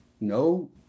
No